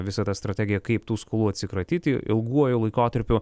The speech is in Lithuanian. visą tą strategiją kaip tų skolų atsikratyti ilguoju laikotarpiu